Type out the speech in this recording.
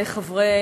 חברי,